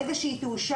מהרגע שהיא תאושר,